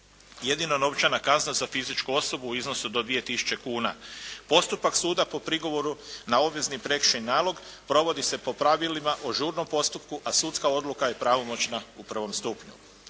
jedino novčana kazna za fizičku osobu u iznosu do 2 tisuće kuna. Postupak suda po prigovoru na obvezni prekršajni nalog provodi se po pravilima o žurnom postupku a sudska odluka je pravomoćna u prvom stupnju.